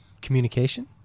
communication